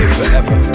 forever